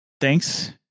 thanks